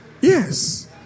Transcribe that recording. Yes